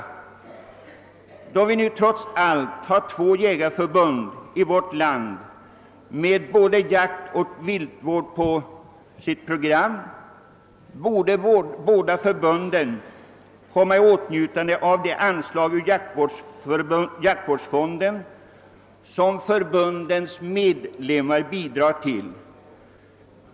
Med hänsyn till att det trots allt finns två jägarförbund i vårt land med både jaktoch viltvård på sina program bor de båda förbunden också komma i åtnjutande av det anslag ur jaktvårdsfonden som förbundens medlemmar bidrar till.